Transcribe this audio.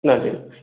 நன்றி